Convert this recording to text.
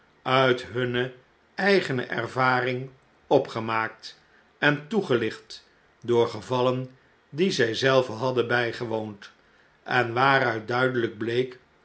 uit hunne eigene ervaring opgemaakt en toegelicht door gevallen die zij zelven hadden bijgewoond en waaruit duidelijk week